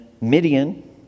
Midian